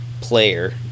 player